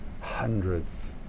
hundreds